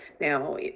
Now